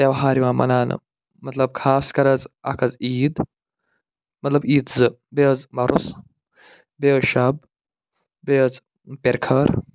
تہوار یِوان مناونہٕ مطلب خاص کر حظ اَکھ حظ عیٖد مطلب عیٖد زٕ بیٚیہِ حظ وَرُس بیٚیہِ حظ شب بیٚیہِ حظ پِرخٲر